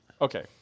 okay